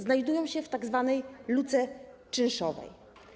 Znajdują się w tzw. luce czynszowej.